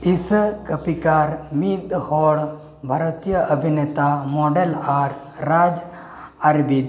ᱤᱥᱟᱹ ᱠᱟᱹᱯᱤᱠᱟᱨ ᱢᱤᱫ ᱦᱚᱲ ᱵᱷᱟᱨᱚᱛᱤᱭᱟᱹ ᱚᱵᱷᱤᱱᱮᱛᱟ ᱢᱚᱰᱮᱞ ᱟᱨ ᱨᱟᱡᱽ ᱟᱨᱵᱤᱫ